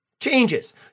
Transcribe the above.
changes